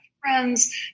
Friends